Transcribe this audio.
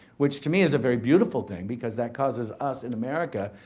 which to me is a very beautiful thing because that causes us, in america,